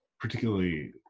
particularly